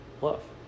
love